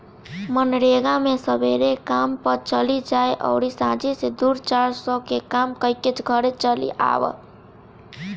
मनरेगा मे सबेरे काम पअ चली जा अउरी सांझी से दू चार सौ के काम कईके घरे चली आवअ